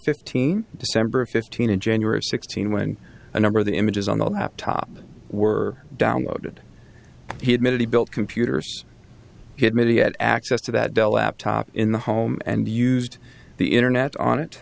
fifteen december of fifteen in january sixteen when a number of the images on the laptop were downloaded he admitted he built computers he admitted he had access to that dell laptop in the home and used the internet on it